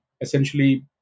Essentially